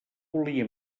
volia